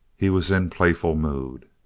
he was in playful mood.